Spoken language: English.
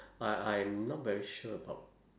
I I'm not very sure about